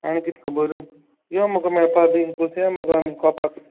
आनी कितें खबर यो मुगो मेळपा बी बसया मुगो कोपाकू